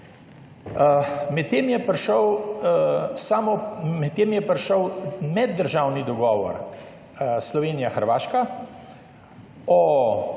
Medtem je prišel meddržavni dogovor med Slovenijo in Hrvaško o